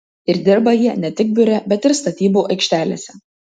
ir dirba jie ne tik biure bet ir statybų aikštelėse